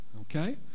Okay